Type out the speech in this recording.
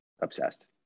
obsessed